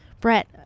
brett